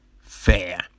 fair